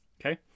Okay